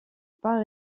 pas